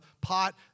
pot